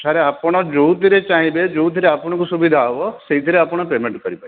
sir ଆପଣ ଯେଉଁଥିରେ ଚାହିଁବେ ଯେଉଁଥିରେ ଆପଣଙ୍କୁ ସୁବିଧା ହେବ ସେଇଥିରେ ଆପଣ ପେମେଣ୍ଟ୍ କରିପାରିବେ